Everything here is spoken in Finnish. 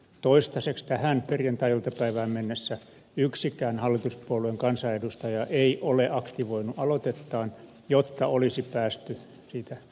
toistaiseksi tähän perjantai iltapäivään mennessä yksikään hallituspuolueen kansanedustaja ei ole aktivoinut aloitettaan jotta olisi päästy siitä äänestämään